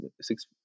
six